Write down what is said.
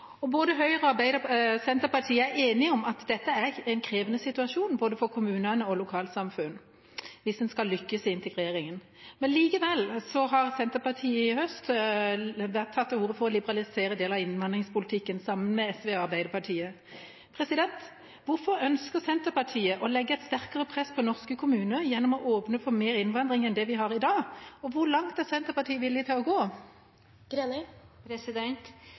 samfunnet. Både Høyre og Senterpartiet er enige om at dette er en krevende situasjon både for kommunene og for lokalsamfunnene hvis en skal lykkes i integreringen. Likevel har Senterpartiet i høst tatt til orde for å liberalisere en del av innvandringspolitikken sammen med SV og Arbeiderpartiet. Hvorfor ønsker Senterpartiet å legge et sterkere press på norske kommuner gjennom å åpne for mer innvandring enn det vi har i dag, og hvor langt er Senterpartiet villig til å gå?